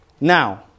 now